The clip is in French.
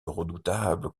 redoutables